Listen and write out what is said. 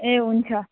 ए हुन्छ